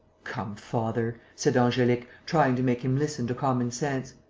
come, father, said angelique, trying to make him listen to common-sense.